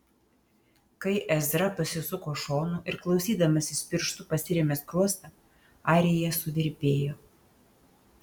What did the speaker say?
kai ezra pasisuko šonu ir klausydamasis pirštu pasirėmė skruostą arija suvirpėjo